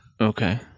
Okay